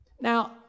Now